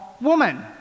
woman